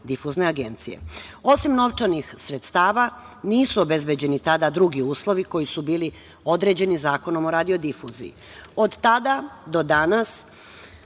Radiodifuzne agencije. Osim novčanih sredstava, nisu obezbeđeni tada drugi uslovi koji su bili određeni Zakonom o radiodifuziji. Od tada do danas